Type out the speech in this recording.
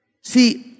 See